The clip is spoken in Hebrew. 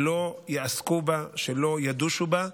שלא יעסקו בה, שלא ידושו בה,